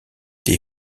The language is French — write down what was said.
des